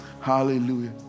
hallelujah